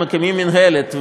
מקימים מינהלת.